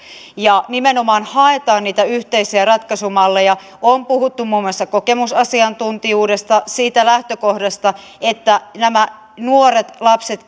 ja nimenomaan haetaan niitä yhteisiä ratkaisumalleja on puhuttu muun muassa kokemusasiantuntijuudesta siitä lähtökohdasta että nämä nuoret lapset